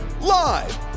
Live